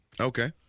Okay